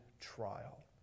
trial